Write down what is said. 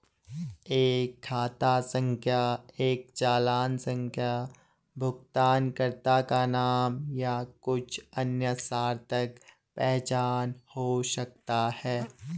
एक खाता संख्या एक चालान संख्या भुगतानकर्ता का नाम या कुछ अन्य सार्थक पहचान हो सकता है